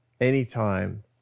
anytime